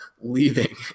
leaving